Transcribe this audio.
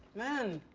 man.